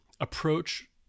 approach